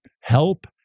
help